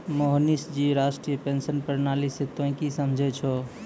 मोहनीश जी राष्ट्रीय पेंशन प्रणाली से तोंय की समझै छौं